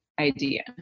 idea